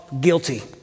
guilty